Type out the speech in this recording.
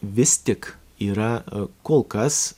vis tik yra kol kas